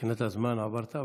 --- מבחינת הזמן עברת.